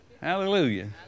Hallelujah